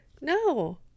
No